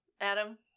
Adam